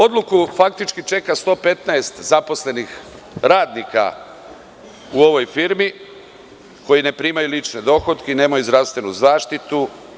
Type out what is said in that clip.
Odluku čeka 115 zaposlenih radnika u ovoj firmi, koji ne primaju lične dohotke, nemaju zdravstvenu zaštitu.